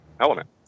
Element